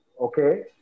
Okay